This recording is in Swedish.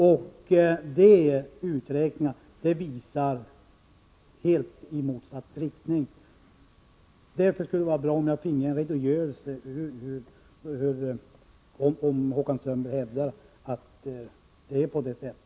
Dessa uträkningar visar ett resultat i helt motsatt riktning. Därför skulle det vara bra om jag kunde få en redogörelse för hur Håkan Strömberg kommit fram till det resultat som han hävdar.